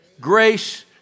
grace